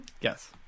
yes